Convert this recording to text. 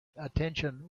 attention